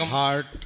heart